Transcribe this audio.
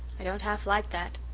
i don't half like that,